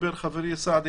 דיבר חברי סעדי